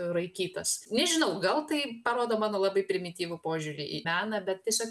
raikytas nežinau gal tai parodo mano labai primityvų požiūrį į meną bet tiesiog